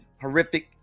horrific